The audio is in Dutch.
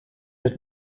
het